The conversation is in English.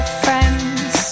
friends